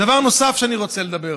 דבר נוסף שאני רוצה לומר,